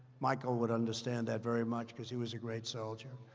michael would understand that very much because he was a great soldier.